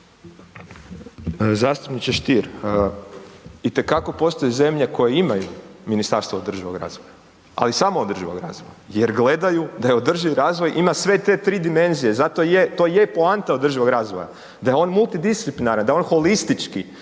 Zastupniče Stier, itekako postoje zemlje koje imaju Ministarstvo održivog razvoja, ali samo održivog razvoja jer gledaju da je održiv razvoj i na sve te 3 dimenzije, zato i je, to je poanta održivog razvoja da je on multidisciplinaran, da je on holistički,